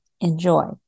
enjoy